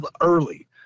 early